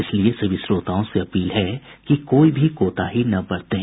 इसलिए सभी श्रोताओं से अपील है कि कोई भी कोताही न बरतें